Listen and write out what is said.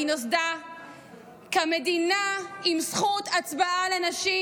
היא נוסדה כמדינה עם זכות הצבעה לנשים,